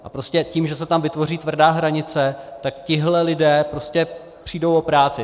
A prostě tím, že se tam vytvoří tvrdá hranice, tihle lidé prostě přijdou o práci.